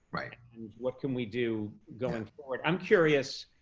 right. and what can we do going forward, i'm curious,